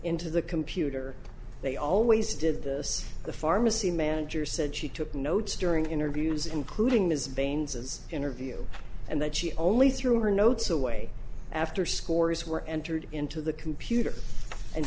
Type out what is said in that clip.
nto the computer they always did this the pharmacy manager said she took notes during interviews including ms baines of interview and that she only threw her notes away after scores were entered into the computer and